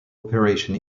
operation